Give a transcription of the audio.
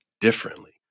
differently